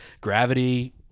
Gravity